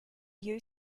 you